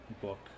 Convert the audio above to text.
book